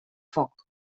foc